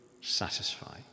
satisfy